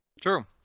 True